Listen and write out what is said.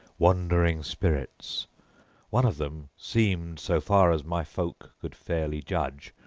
wandering spirits one of them seemed, so far as my folk could fairly judge,